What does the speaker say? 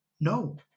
No